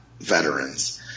veterans